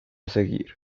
seguir